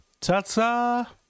Ta-ta